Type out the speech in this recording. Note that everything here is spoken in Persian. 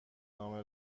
نامه